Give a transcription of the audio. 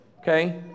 okay